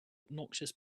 obnoxious